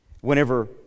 Whenever